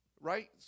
right